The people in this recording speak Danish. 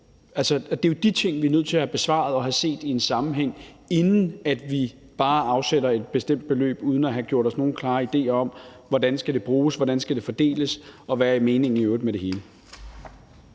det er jo de ting, vi er nødt til at have svar på og have set i en sammenhæng, inden vi bare afsætter et bestemt beløb uden at have nogen klare idéer om: Hvordan skal det bruges, hvordan skal det fordeles, og hvad er meningen i øvrigt med det hele?